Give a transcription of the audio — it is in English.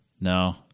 No